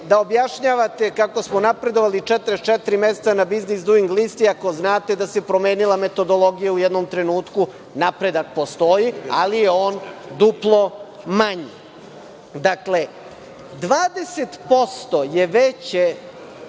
da objašnjavate kako smo napredovali 44 mesta na Biznis duing listi ako znate da se promenila metodologija u jednom trenutku. Napredak postoji, ali je on duplo manji. Dakle, 20% je veći